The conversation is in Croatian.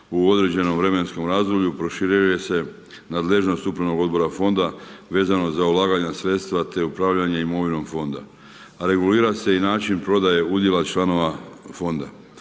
u određenom vremenskom razdoblju, proširuje se nadležnost upravnog odbora fonda vezano za ulaganja sredstva te upravljanje imovinom fonda. A regulira se i način prodaje udjela članova fonda.